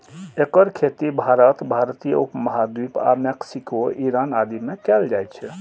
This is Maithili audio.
एकर खेती भारत, भारतीय उप महाद्वीप आ मैक्सिको, ईरान आदि मे कैल जाइ छै